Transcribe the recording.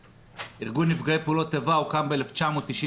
ארגון נפגעי פעולות איבה הוקם ב-1996,